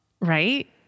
Right